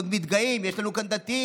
ועוד מתגאים: יש לנו כאן דתיים,